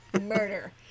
murder